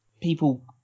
people